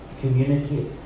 communicate